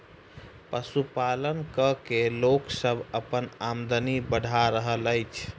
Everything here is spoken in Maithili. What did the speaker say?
पशुपालन क के लोक सभ अपन आमदनी बढ़ा रहल अछि